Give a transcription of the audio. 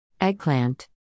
Eggplant